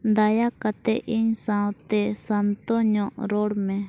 ᱫᱟᱭᱟ ᱠᱟᱛᱮᱫ ᱤᱧ ᱥᱟᱶᱛᱮ ᱥᱟᱱᱛᱚ ᱧᱚᱜ ᱨᱚᱲ ᱢᱮ